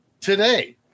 today